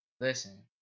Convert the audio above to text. Listen